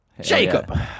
Jacob